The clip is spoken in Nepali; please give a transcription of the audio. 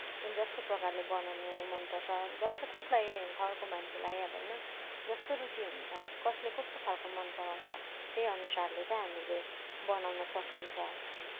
जस्तो प्रकारले बनाउनु मनपर्छ जसले कसलाई घरको मान्छेलाई अब होइन जस्तो रुचि हुन्छ कसले कस्तो खालको मनपराउँछ त्यही अनुसारले चाहिँ हामीले बनाउन सकिन्छ